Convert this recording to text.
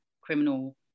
criminal